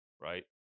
Right